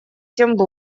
тем